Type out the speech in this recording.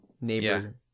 neighbor